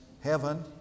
heaven